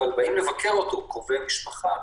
אבל באים לבקרו קרובי משפחה.